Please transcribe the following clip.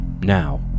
now